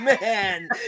man